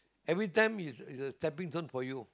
every time is a stepping stone for you